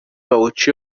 bawuca